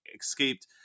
escaped